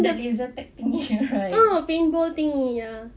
the laser tag thingy right